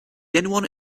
anyone